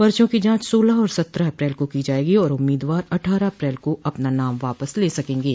पर्चो की जांच सोलह और सत्रह अप्रैल को की जायेगी और उम्मीदवार अट्ठारह अप्रैल को अपना नाम वापस ले सकेंगे